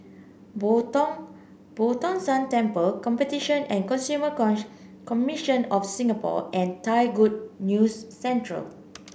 Boo Tong Boo Tong San Temple Competition and Consumer Commission of Singapore and Thai Good News Centre